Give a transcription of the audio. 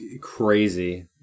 crazy